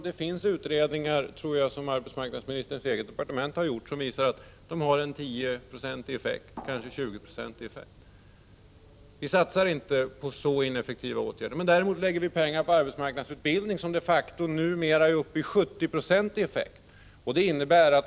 Det finns ju utredningar — jag tror att arbetsmarknadsministerns eget departement har gjort dessa — som visar att detta slag av åtgärder har en 10-procentig effekt — kanske kan det röra sig om en 20-procentig effekt. Vi satsar inte på så ineffektiva åtgärder. Däremot satsar vi pengar på arbetsmarknadsutbildning som de facto numera har en 70-procentig effekt.